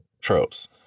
tropes